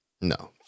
No